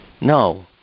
No